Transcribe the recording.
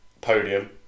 podium